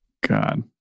God